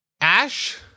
Ash